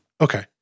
Okay